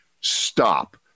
stop